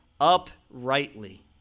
uprightly